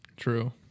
True